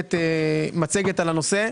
מצגת על הנושא,